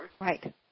Right